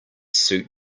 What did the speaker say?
suit